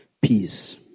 Peace